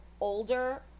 older